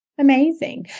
Amazing